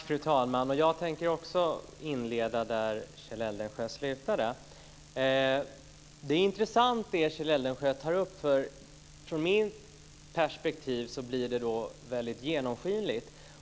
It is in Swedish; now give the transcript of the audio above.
Fru talman! Jag tänker inleda där Kjell Eldensjö slutade. Det Kjell Eldensjö tar upp är intressant. I mitt perspektiv blir det väldigt genomskinligt.